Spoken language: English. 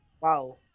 Wow